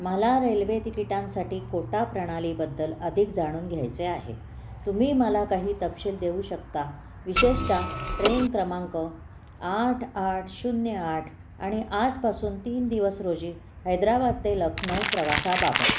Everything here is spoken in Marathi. मला रेल्वे तिकिटांसाठी कोटा प्रणालीबद्दल अधिक जाणून घ्यायचे आहे तुम्ही मला काही तपशील देऊ शकता विशेषत ट्रेन क्रमांक आठ आठ शून्य आठ आणि आजपासून तीन दिवस रोजी हैदराबाद ते लखनऊ प्रवासाबाबत